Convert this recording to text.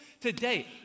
today